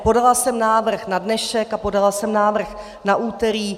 Podala jsem návrh na dnešek a podala jsem návrh na úterý.